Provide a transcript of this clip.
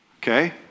Okay